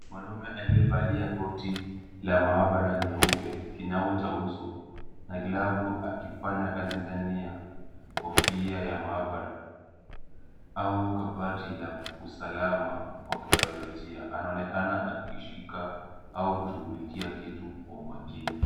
Mwanaume aliyevalia koti la maabara nyeupe, kinyago cha uso na glavu akifanya kazi ndani ya kofia ya maabara au kabati la usalama wa kibayolojia anaonekana akishika au kushughulikia kitu kwa umakini.